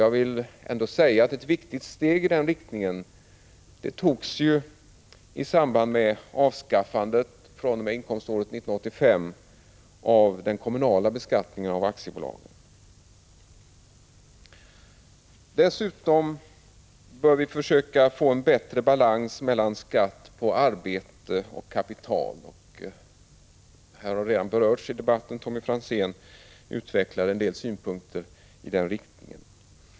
Jag vill ändå säga att det togs ett viktigt steg i den riktningen i samband med avskaffandet av den kommunala beskattningen av aktiebolag fr.o.m. inkomståret 1985. Dessutom bör vi försöka få en bättre balans mellan skatt på arbete och skatt på kapital. Den frågan har redan berörts i debatten. Tommy Franzén utvecklade en del synpunkter om detta.